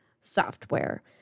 software